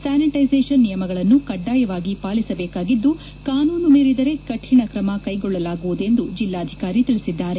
sanitisation ನಿಯಮಗಳನ್ನು ಕಡ್ಡಾಯವಾಗಿ ಪಾಲಿಸಬೇಕಾಗಿದ್ದು ಕಾನೂನು ಮೀರಿದರೆ ಕಠಿಣ ಕ್ರಮ ಕೈಗೊಳ್ಳಲಾಗುವುದು ಎಂದು ಜಿಲ್ಲಾಧಿಕಾರಿ ತಿಳಿಸಿದ್ದಾರೆ